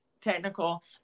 technical